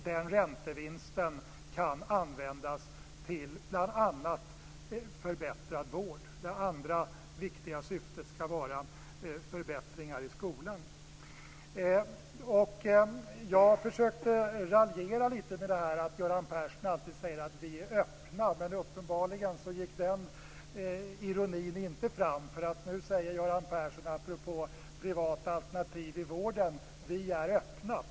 Den räntevinsten kan användas till bl.a. förbättrad vård. Det andra viktiga syftet skall vara förbättringar i skolan. Jag försökte raljera litet med detta att Göran Persson alltid säger att "vi är öppna", men uppenbarligen gick inte ironin fram. Nu säger Göran Persson apropå privata alternativ i vården att "vi är öppna".